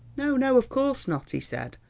no, no, of course not, he said.